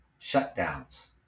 shutdowns